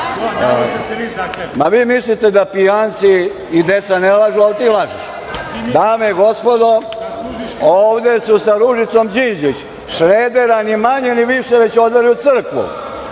Ma vi mislite da pijanci i deca ne lažu, ali ti lažeš. Dame i gospodo, ovde su sa Ružicom Đinđić Šredera ni manje ni više već odveli u crkvu,